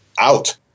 out